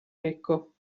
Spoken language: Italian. ecco